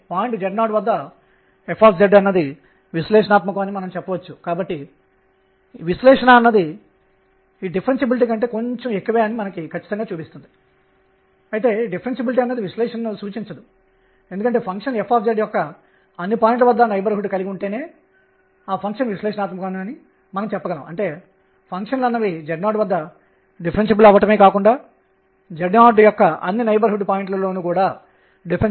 దీనిని L అని పిలుద్దాం మరియు సంబంధిత కండిషన్ మొత్తం వ్యవధిలో mr2ϕ ̇dగా ఉంది దాని అర్ధం ఏమిటంటే నేను ఈ మలుపు నుంచి ఒక బిందువు నుండి ప్రారంభించి మరియు అంతటా వెళితే అది 0 నుండి వరకు ఉండే సమాకలని ఇది L02dϕ nh కు సమానం